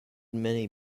many